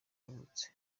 yavutse